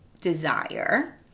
desire